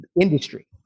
industry